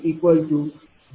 4570